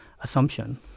assumption